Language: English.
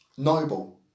Noble